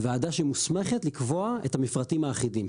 וועדה שמוסמכת לקבוע את המפרטים האחידים.